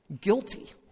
guilty